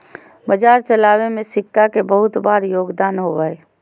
बाजार चलावे में सिक्का के बहुत बार योगदान होबा हई